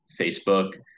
facebook